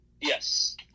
yes